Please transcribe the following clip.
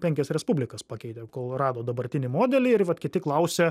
penkias respublikas pakeitė kol rado dabartinį modelį ir vat kiti klausia